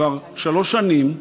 כבר שלוש שנים,